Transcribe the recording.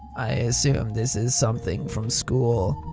i assume this is something from school?